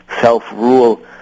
self-rule